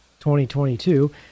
2022